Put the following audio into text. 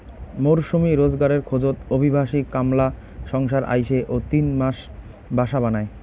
মরসুমী রোজগারের খোঁজত অভিবাসী কামলা সংসার আইসে ও তিন মাস বাসা বানায়